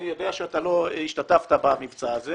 אני יודע שלא השתתפת במבצע הזה